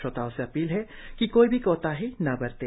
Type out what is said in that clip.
श्रोताओं से अपील है कि कोई भी कोताही न बरतें